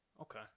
okay